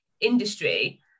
industry